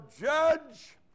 judge